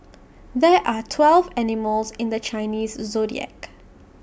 there are twelve animals in the Chinese Zodiac